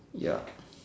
yup